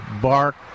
bark